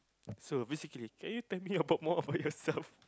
so basically can you tell me about more about yourself